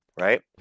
Right